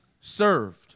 served